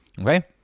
Okay